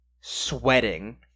sweating